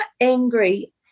angry